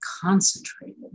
concentrated